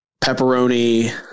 pepperoni